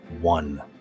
one